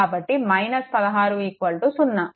కాబట్టి పదహారు 0